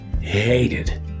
hated